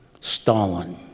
Stalin